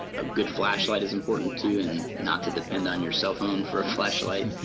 a good flashlight is important too and not to depend on your cell phone for a flashlight,